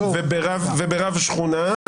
--- וברב שכונה?